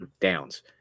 downs